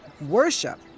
worship